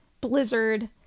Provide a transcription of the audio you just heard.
blizzard